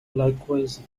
likewise